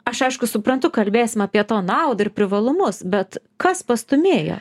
aš aišku suprantu kalbėsim apie to naudą ir privalumus bet kas pastūmėjo